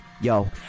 Yo